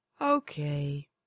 Okay